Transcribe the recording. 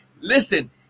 listen